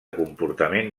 comportament